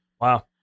Wow